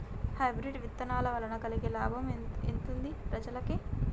Hybrid విత్తనాల వలన కలిగే లాభం ఎంతుంది ప్రజలకి?